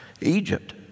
Egypt